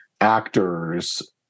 actors